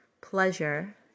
pleasure